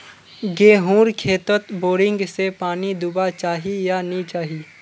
गेँहूर खेतोत बोरिंग से पानी दुबा चही या नी चही?